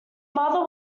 mother